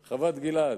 חוות-גלעד: